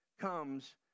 comes